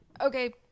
Okay